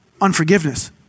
unforgiveness